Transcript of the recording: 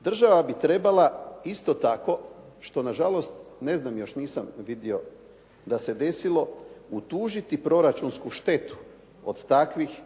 Država bi trebala isto tako, što nažalost ne znam još, nisam vidio, da se desilo utužiti proračunsku štetu od takvih